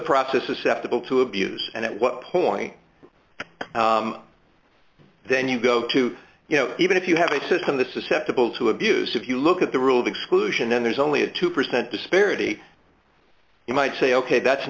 process susceptible to abuse and at what point then you go to you know even if you have a system this is heppell to abuse if you look at the rule of exclusion and there's only a two percent disparity you might say ok that's